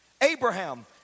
Abraham